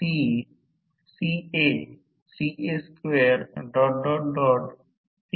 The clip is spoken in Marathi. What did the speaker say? तर हा दुय्यम विद्युत प्रवाह I2 आहे तो V2 कोन ∅2 पासून मागे आहे